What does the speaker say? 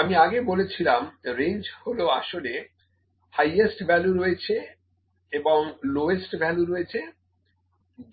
আমি আগে বলেছিলাম রেঞ্জ হলো আসলে হাইয়েস্ট ভ্যালু রয়েছে এবং লোয়েস্ট ভ্যালু রয়েছে